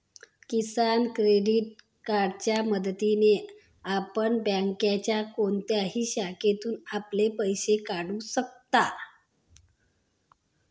किसान credit कार्डच्या मदतीने आपण बँकेच्या कोणत्याही शाखेतून आपले पैसे काढू शकता